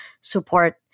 support